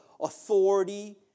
authority